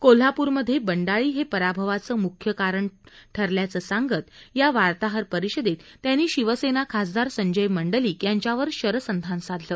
कोल्हाप्रमध्ये बंडाळी हे पराभवाचं म्ख्य कारण ठरल्याचं सांगत या वार्ताहर परिषदेत त्यांनी शिवसेना खासदार संजय मंडलिक यांच्यावर शरसंधान साधलं